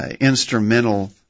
instrumental